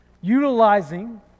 utilizing